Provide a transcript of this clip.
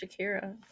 Shakira